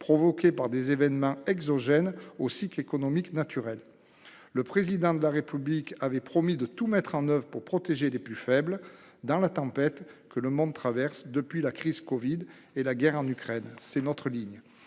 provoquée par des événements exogènes aux cycles économiques naturels. Le Président de la République a promis de tout mettre en oeuvre pour protéger les plus faibles dans la tempête que le monde traverse depuis la crise de la covid-19 et la guerre en Ukraine. C'est notre ligne.